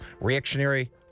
reactionary